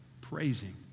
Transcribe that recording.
praising